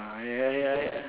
mm hmm I I